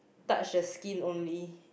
touch the skin only